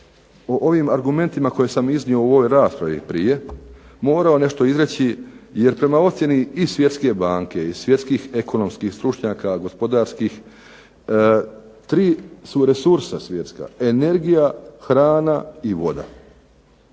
o ovim argumentima koje sam iznio u ovoj raspravi prije morao nešto izreći, jer prema ocjeni i Svjetske banke i svjetskih ekonomskih stručnjaka, gospodarskih tri su resursa svjetska energija, hrana i voda,